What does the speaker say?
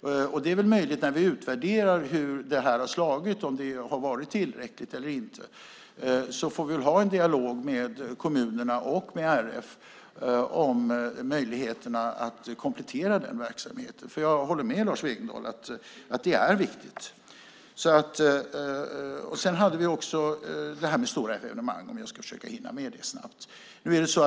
När vi utvärderar hur det har slagit och om det har varit tillräckligt får vi ha en dialog med kommunerna och RF om möjligheten att komplettera verksamheten. Jag håller med Lars Wegendal om att det är viktigt. Jag ska försöka hinna med frågan om stora evenemang också.